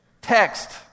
text